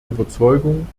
überzeugung